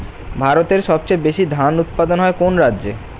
ভারতের সবচেয়ে বেশী ধান উৎপাদন হয় কোন রাজ্যে?